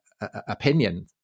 opinion